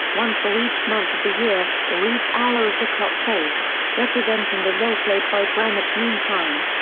one for each month of the year, or each hour of the clock face, representing the role played by greenwich mean time.